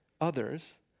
Others